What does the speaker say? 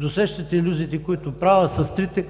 досещате се, илюзиите, които правя, с трите